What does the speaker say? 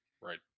Right